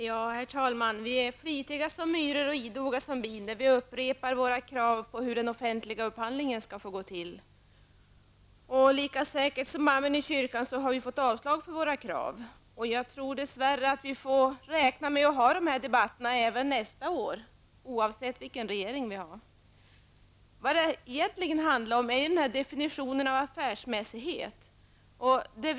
Herr talman! Flitiga som myror och idoga som bin upprepar vi våra krav på hur offentlig upphandling skall få gå till. Och lika säkert som amen i kyrkan avslås våra krav. Jag tror dess värre att vi får räkna med att föra denna debatt även nästa år oavsett vilken regering landet har. Egentligen handlar det om definitionen av ordet affärsmässighet.